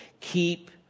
keep